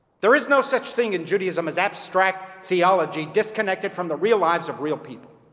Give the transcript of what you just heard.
there is no such thing in judaism as abstract theology disconnected from the real lives of real people.